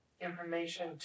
information